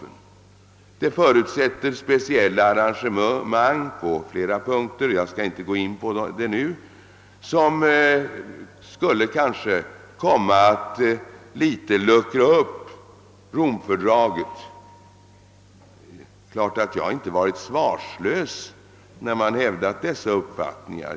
Detta förutsätter speciella arrangemang på flera punkter, som jag inte skall gå in på men som kanske något skulle kräva en uppluckring av Romfördraget. Det är klart att jag inte har varit svarslös när man hävdat dessa uppfattningar.